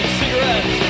cigarettes